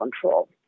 control